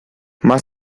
más